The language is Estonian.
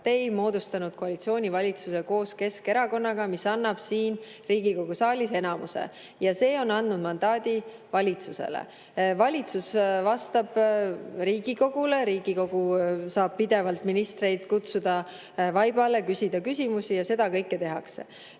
ja moodustanud koalitsioonivalitsuse koos Keskerakonnaga, mis annab siin Riigikogu saalis enamuse. Ja see on andnud mandaadi valitsusele. Valitsus vastab Riigikogule, Riigikogu saab pidevalt ministreid vaibale kutsuda, küsida küsimusi, ja seda kõike tehakse.